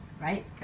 right